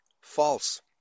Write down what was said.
false